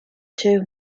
two